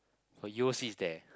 oh U_O_C is there